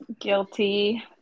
Guilty